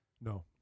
No